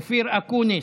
אופיר אקוניס,